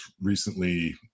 recently